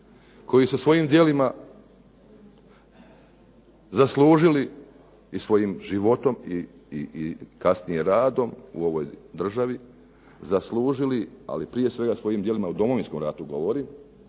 koji su svojim djelima zaslužili i svojim životom i kasnije radom u ovoj državi, zaslužili, ali prije svega svojim djelima o Domovinskom ratu govorim,